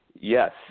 Yes